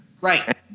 Right